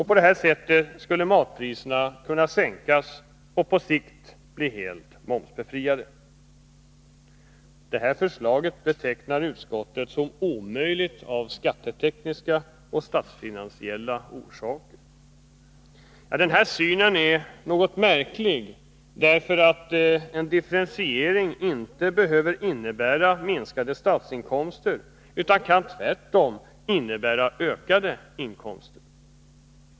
På detta sätt skulle matpriserna kunna sänkas och på sikt bli helt momsbefriade. Det här förslaget betecknar utskottet som omöjligt av skattetekniska och statsfinansiella orsaker. Detta synsätt är något märkligt, därför att en differentiering ju inte behöver innebära minskade statsinkomster utan tvärtom kan innebära ökade inkomster.